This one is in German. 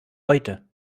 heute